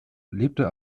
lebte